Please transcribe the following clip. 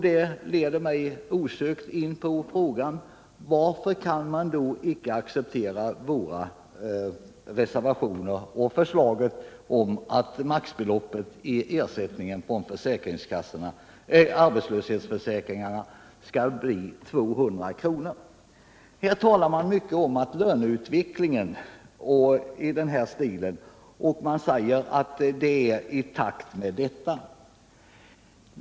Detta leder mig osökt in på frågan: Varför kan man då icke acceptera våra reservationer och förslaget om att maximibeloppet skall vara detsamma som ersättningen från försäkringskassorna, så att arbetslöshetsförsäkringen skall utgöra 200 kr.? Här talas det mycket om löneutvecklingen och att ersättningarna skall höjas i takt med denna.